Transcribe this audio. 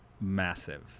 massive